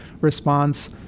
response